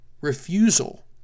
refusal